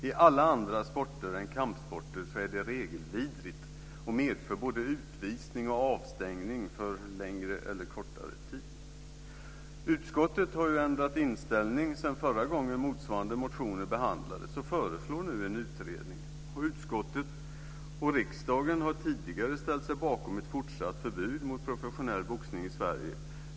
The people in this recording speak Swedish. I alla andra sporter än kampsporter är det regelvidrigt och medför både utvisning och avstängning för längre eller kortare tid. Utskottet har ändrat inställning sedan förra gången motsvarande motioner behandlades och föreslår nu en utredning. Utskottet och riksdagen har tidigare ställt sig bakom ett fortsatt förbud mot professionell boxning i Sverige.